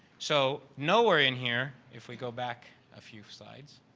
so, nowhere in here if we go back a few slides.